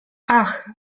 ach